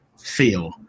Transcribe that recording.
feel